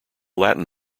latin